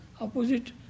opposite